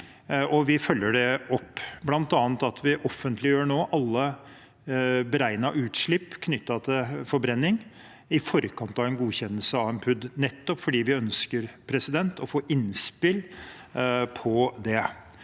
vi følger det opp, bl.a. ved at vi nå offentliggjør alle beregnede utslipp knyttet til forbrenning i forkant av en godkjennelse av en PUD, nettopp fordi vi ønsker å få innspill på det.